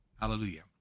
Hallelujah